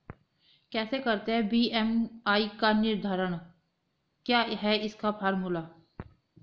कैसे करते हैं बी.एम.आई का निर्धारण क्या है इसका फॉर्मूला?